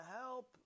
help